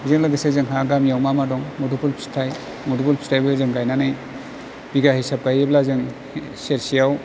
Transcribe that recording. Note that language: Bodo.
बेजों लोगोसे जोंहा गामियाव मा मा दं मोदोमफुल फिथाइ मोदोमफुल फिथाइबो जों गायनानै बिगा हिसाब गायोब्ला जों सेरसेयाव